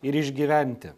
ir išgyventi